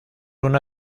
una